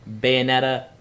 Bayonetta